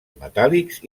metàl·lics